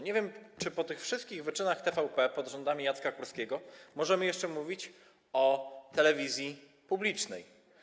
Nie wiem, czy po tych wszystkich wyczynach TVP pod rządami Jacka Kurskiego możemy jeszcze mówić o telewizji publicznej.